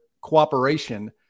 cooperation